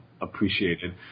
appreciated